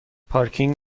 پارکینگ